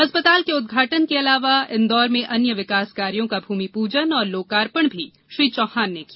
अस्पताल के उदघाटन के अलावा इंदौर में अन्य विकास कार्यो का भूमिपूजन और लोकार्पण भी श्री चौहान ने किया